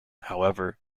however